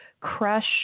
crush